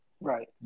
Right